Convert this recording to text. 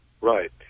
Right